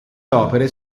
opere